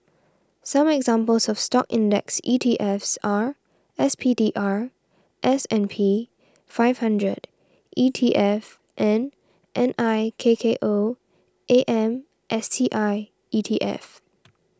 some examples of Stock index ETFs are S P D R S and P Five Hundred E T F and N I K K O A M S T I E T F